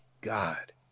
god